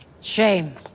shame